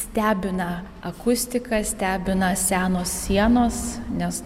stebina akustika stebina senos sienos nes